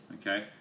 okay